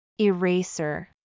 Eraser